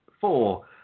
four